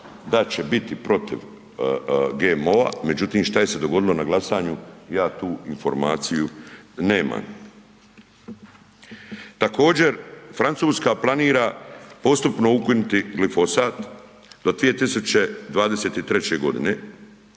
da će biti protiv GMO-a, međutim, što je se dogodilo na glasanju? Ja tu informaciju nemam. Također, Francuska planira postupno ukinuti glifosat do 2023. g.,